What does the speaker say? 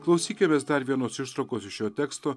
klausykimės dar vienos ištraukos iš jo teksto